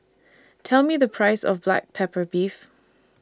Tell Me The Price of Black Pepper Beef